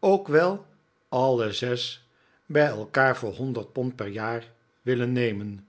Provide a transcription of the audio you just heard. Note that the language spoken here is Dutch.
ook wel alle zes bij elkaar voor honderd pond per jaar willen nemen